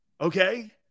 okay